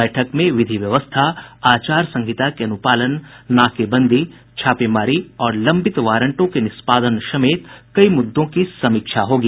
बैठक में विधि व्यवस्था आचार संहिता के अनुपालन नाकेबंदी छापेमारी और लंबित वारंटों के निष्पादन समेत कई मुद्दों की समीक्षा होगी